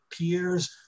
peers